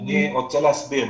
אני רוצה להסביר.